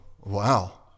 wow